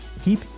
keep